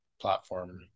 platform